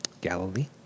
Galilee